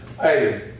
Hey